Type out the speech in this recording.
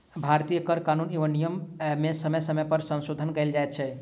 भारतीय कर कानून एवं नियम मे समय समय पर संशोधन कयल जाइत छै